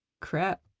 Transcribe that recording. Crap